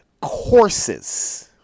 courses